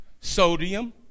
sodium